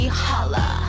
holla